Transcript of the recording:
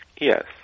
Yes